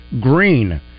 Green